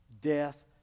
death